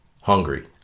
hungry